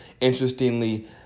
interestingly